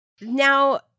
Now